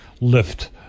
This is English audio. lift